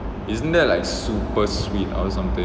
isn't that like super sweet or something